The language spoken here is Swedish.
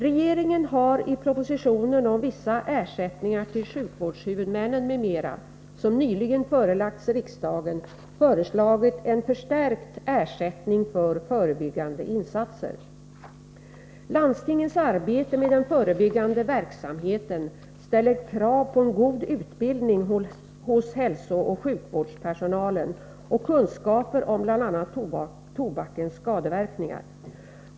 Regeringen har i propositionen om vissa ersättningar till sjukvårdshuvudmännen m.m. som nyligen förelagts riksdagen föreslagit en förstärkt ersättning för förebyggande insatser. Landstingens arbete med den förebyggande verksamheten ställer krav på en god utbildning hos hälsooch sjukvårdspersonalen och kunskaper om bl.a. tobakens skadeverkningar.